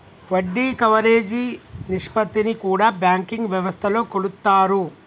వడ్డీ కవరేజీ నిష్పత్తిని కూడా బ్యాంకింగ్ వ్యవస్థలో కొలుత్తారు